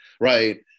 right